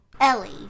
Ellie